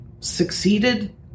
succeeded